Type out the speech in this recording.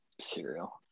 cereal